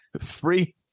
free